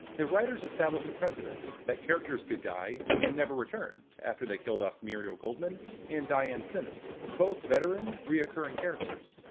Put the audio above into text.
the writers established a precedent that characters could die and never return, after they killed off muriel goldman and diane simmons, both veteran, reoccurring characters.